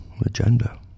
agenda